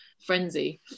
frenzy